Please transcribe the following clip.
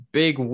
big